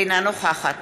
אינה נוכחת